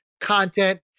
content